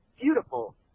beautiful